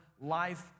life